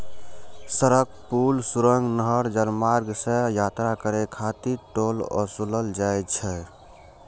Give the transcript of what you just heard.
सड़क, पुल, सुरंग, नहर, जलमार्ग सं यात्रा करै खातिर टोल ओसूलल जाइ छै